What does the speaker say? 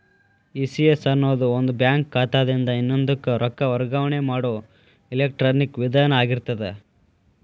ECS ಅನ್ನೊದು ಒಂದ bank ಖಾತಾದಿನ್ದ ಇನ್ನೊಂದಕ್ಕ ರೊಕ್ಕ ವರ್ಗಾವಣೆ ಮಾಡೊ ಎಲೆಕ್ಟ್ರಾನಿಕ್ ವಿಧಾನ ಆಗಿರ್ತದ